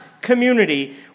community